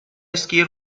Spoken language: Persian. اسکی